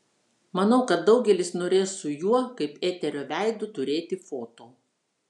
manau kad daugelis norės su juo kaip eterio veidu turėti foto